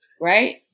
right